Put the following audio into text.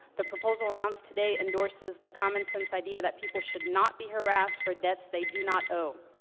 the proposal announced today endorses the common sense idea that people should not be harassed for debts they do not owe.